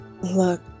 Look